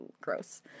Gross